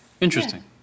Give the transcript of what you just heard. Interesting